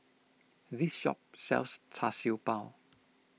this shop sells Char Siew Bao